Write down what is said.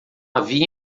havia